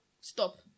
stop